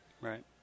right